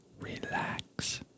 relax